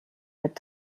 mit